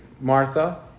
Martha